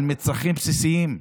על מצרכים בסיסיים,